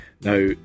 Now